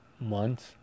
months